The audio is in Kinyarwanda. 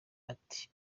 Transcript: ati